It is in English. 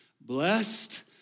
Blessed